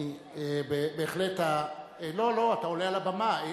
לא, לא, אתה עולה על הבמה.